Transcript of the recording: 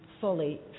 fully